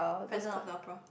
Phantom-of-the-Opera